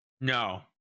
No